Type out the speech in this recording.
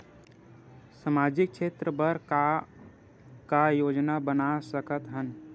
सामाजिक क्षेत्र बर का का योजना बना सकत हन?